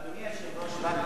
אדוני היושב-ראש,